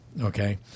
okay